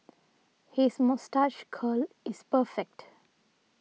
his moustache curl is perfect